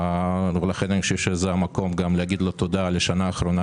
זה המקום להגיד לו תודה על השנה האחרונה,